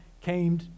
came